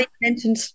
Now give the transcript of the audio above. mentioned